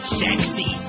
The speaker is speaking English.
sexy